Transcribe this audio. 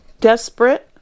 desperate